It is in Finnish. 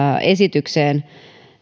esitykseen